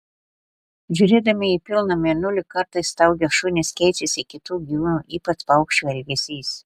žiūrėdami į pilną mėnulį kartais staugia šunys keičiasi kitų gyvūnų ypač paukščių elgesys